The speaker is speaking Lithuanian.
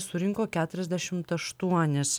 surinko keturiasdešimt aštuonis